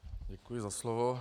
Děkuji za slovo.